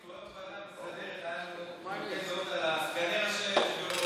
כיו"ר הוועדה המסדרת היו לנו חילוקי דעות על סגני היושב-ראש.